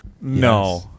No